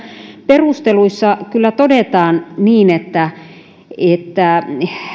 perusteluissa kyllä todetaan niin että että